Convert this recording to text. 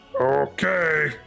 Okay